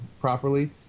properly